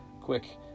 quick